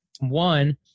one